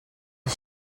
els